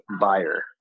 buyer